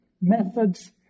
methods